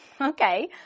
Okay